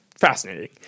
fascinating